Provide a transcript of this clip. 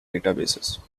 databases